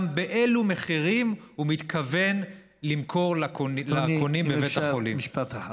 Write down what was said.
באילו מחירים הוא מתכוון למכור לקונים בבית החולים.